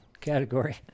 category